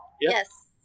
Yes